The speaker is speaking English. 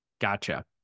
Gotcha